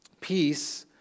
Peace